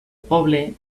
poble